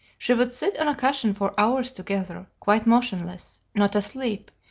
she would sit on a cushion for hours together, quite motionless, not asleep,